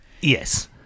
yes